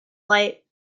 light